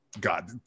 God